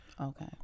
okay